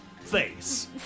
face